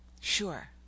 Sure